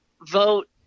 vote